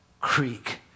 Creek